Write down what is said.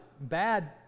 bad